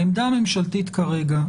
העמדה הממשלתית כרגע,